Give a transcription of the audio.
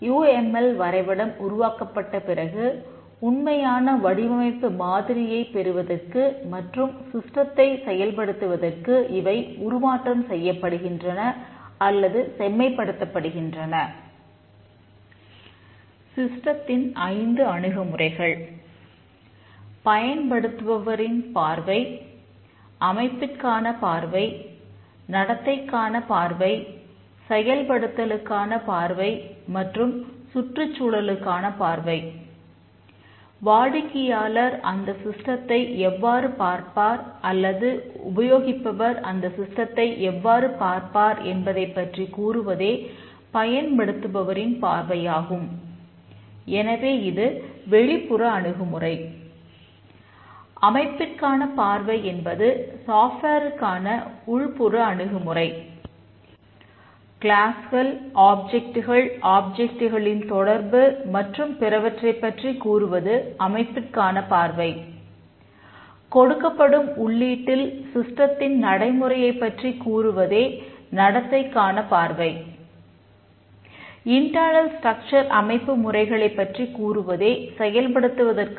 you M L செயல்படுத்துவதற்கு இவை உருமாற்றம் செய்யப்படுகின்றன அல்லது செம்மைப் படுத்தப் படுகின்றன